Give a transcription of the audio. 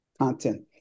content